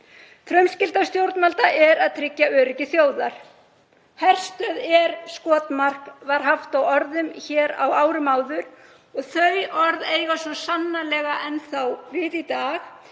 Frumskylda stjórnvalda er að tryggja öryggi þjóðar. Herstöð er skotmark, var haft á orði hér á árum áður og þau orð eiga svo sannarlega enn við í dag.